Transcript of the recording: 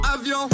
avion